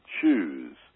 choose